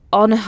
on